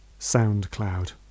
SoundCloud